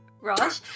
Raj